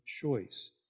choice